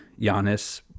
Giannis